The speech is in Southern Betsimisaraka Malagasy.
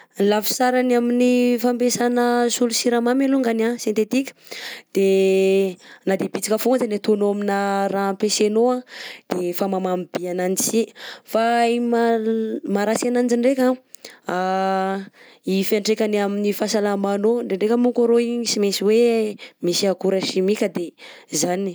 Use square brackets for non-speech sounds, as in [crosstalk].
Lafi-tsarany amin'ny fampesana solon-tsiramamy alongany a sententika de na de bitika fogna azany ataonao amina raha ampesenao a de efa mamamy by ananjy sy fa igny ma- [hesitation] maha ratsy ananjy ndreka a [hesitation] fentrekan'ny amin'ny fahasalamanao ndrendreka moko arao igny tsy mentsy hoe misy akora chimique de zany.